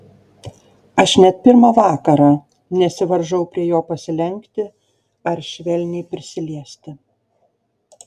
aš net pirmą vakarą nesivaržau prie jo pasilenkti ar švelniai prisiliesti